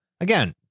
again